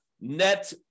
net